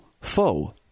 foe